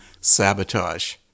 Sabotage